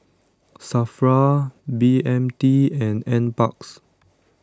Safra B M T and NParks